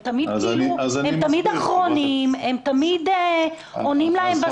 הם תמיד אחרונים, תמיד עונים להם בסוף.